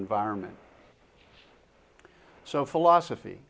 environment so philosophy